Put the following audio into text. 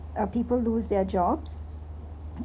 uh people lose their jobs